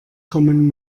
kommen